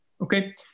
Okay